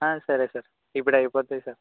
సరే సార్ ఇప్పుడు అయిపోతాయి సార్